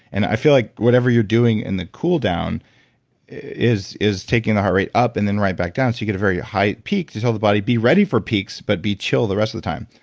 and i feel like whatever you're doing in the cool down is is taking the the heart rate up and then right back down. so you get a very high peak to tell the body, be ready for peaks, but be chill the rest of the time.